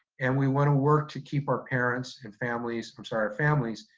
and we wanna work to keep our parents and families, i'm sorry, families,